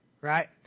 Right